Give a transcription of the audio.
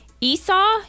Esau